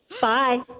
Bye